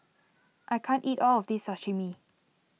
I can't eat all of this Sashimi